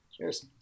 Cheers